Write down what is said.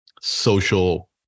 social